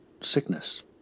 sickness